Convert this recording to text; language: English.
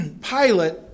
Pilate